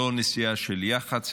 לא נסיעה של יח"צ,